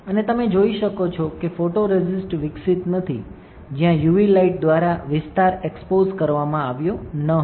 અને તમે જોઈ શકો છો કે ફોટોરેસિસ્ટ વિકસિત નથી જ્યાં યુવી લાઇટ દ્વારા વિસ્તાર એક્સપોઝ કરવામાં આવ્યો ન હતો